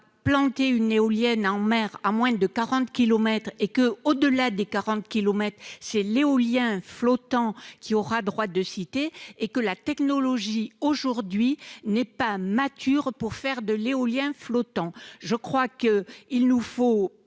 planter une éolienne en mer à moins de 40 kilomètres et que, au-delà des 40 kilomètres c'est l'éolien flottant qui aura droit de cité et que la technologie aujourd'hui n'est pas mature pour faire de l'éolien flottant, je crois qu'il nous faut